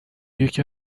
یکی